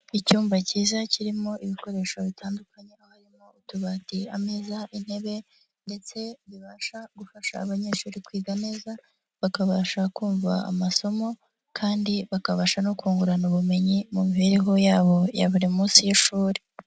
Icyumba cyiza kirimo ibikoresho bitandukanye, harimo utubati, ameza, intebe ndetse bibasha gufasha abanyeshuri kwiga neza, bakabasha kumva amasomo kandi bakabasha no kungurana ubumenyi mu mibereho yabo ya buri munsi y'ishuri.